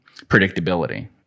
predictability